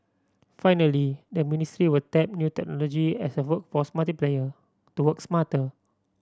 finally the ministry will tap new technology as a workforce multiplier to work smarter